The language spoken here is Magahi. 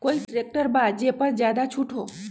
कोइ ट्रैक्टर बा जे पर ज्यादा छूट हो?